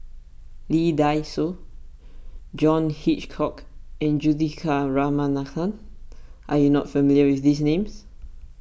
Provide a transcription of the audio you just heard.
Lee Dai Soh John Hitchcock and Juthika Ramanathan are you not familiar with these names